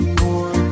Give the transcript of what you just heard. more